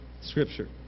scripture